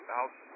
House